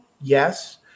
yes